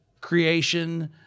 creation